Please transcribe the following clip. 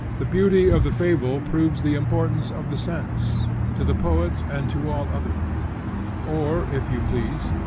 the beauty of the fable proves the importance of the sense to the poet, and to all others or, if you please,